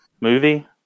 movie